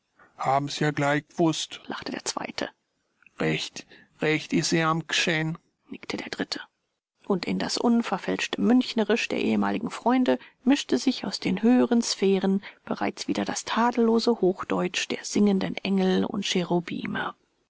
glei g'wußt lachte der zweite recht is eahm g'scheh'n nickte der dritte und in das unverfälschte münchnerisch der ehemaligen freunde mischte sich aus den höheren sphären bereits wieder das tadellose hochdeutsch der singenden engel und